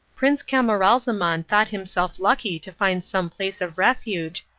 prince camaralzaman thought himself lucky to find some place of refuge,